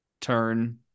turn